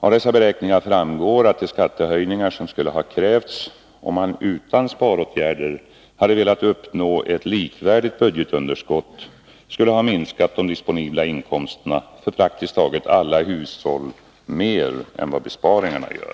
Av dessa beräkningar framgår att de skattehöjningar som skulle ha krävts om man utan sparåtgärder hade velat uppnå ett likvärdigt budgetunderskott skulle ha minskat de disponibla inkomsterna för praktiskt taget alla hushåll, mer än vad besparingarna gör.